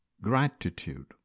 Gratitude